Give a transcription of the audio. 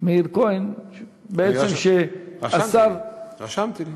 מאיר כהן היא בעצם שהשר, רשמתי לי.